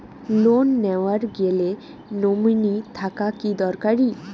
Loan নেওয়ার গেলে nominee থাকা কি দরকারী?